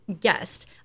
guest